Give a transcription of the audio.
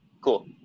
cool